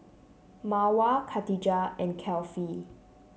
Mawar Katijah and Kefli